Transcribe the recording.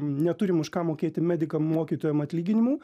neturim už ką mokėti medikam mokytojam atlyginimų